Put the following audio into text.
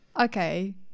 Okay